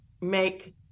make